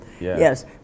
yes